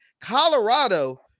Colorado